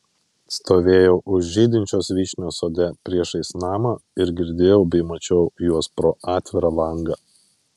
stovėjau už žydinčios vyšnios sode priešais namą ir girdėjau bei mačiau juos pro atvirą langą